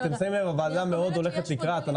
אתם שמים לב שהוועדה הולכת לקראת הנושא.